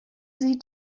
sieht